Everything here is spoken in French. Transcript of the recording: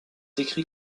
écrit